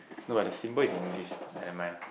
no but the symbol is in English ah never mind lah